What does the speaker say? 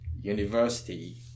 university